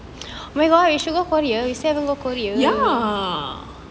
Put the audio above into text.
ya